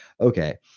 okay